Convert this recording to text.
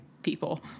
people